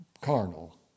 carnal